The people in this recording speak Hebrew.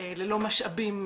ללא משאבים,